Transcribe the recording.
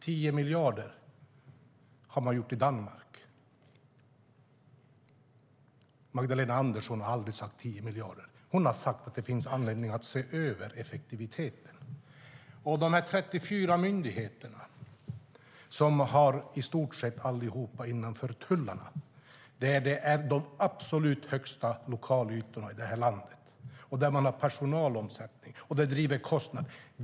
10 miljarder handlar det om i Danmark. Magdalena Andersson har aldrig sagt 10 miljarder. Hon har sagt att det finns anledning att se över effektiviteten. Dessa 34 myndigheter - i stort sett alla ligger innanför tullarna - har de absolut största lokalytorna i landet. Och man har personalomsättning, och det driver på kostnaderna.